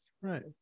Right